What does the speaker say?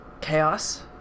chaos